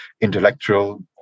intellectual